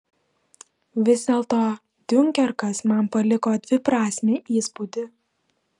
vis dėlto diunkerkas man paliko dviprasmį įspūdį